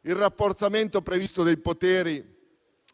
del rafforzamento previsto dei poteri